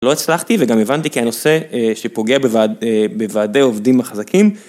לא הצלחתי וגם הבנתי כי הנושא שפוגע בוועדי עובדים החזקים.